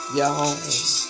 y'all